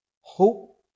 hope